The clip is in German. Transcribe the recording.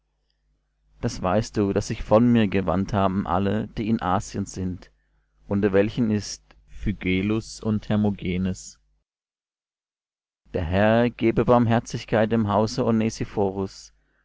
das weißt du daß sich von mir gewandt haben alle die in asien sind unter welchen ist phygellus und hermogenes der herr gebe barmherzigkeit dem hause